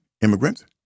immigrants